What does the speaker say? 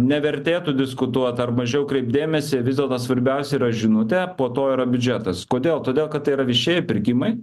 nevertėtų diskutuot ar mažiau kreipt dėmesį vis dėlto svarbiausia yra žinutė po to yra biudžetas kodėl todėl kad tai yra viešieji pirkimai